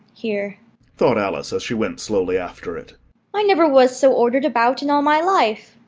here thought alice, as she went slowly after it i never was so ordered about in all my life,